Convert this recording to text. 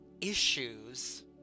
issues